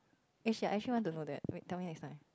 actually I actually want to know that wait tell me next time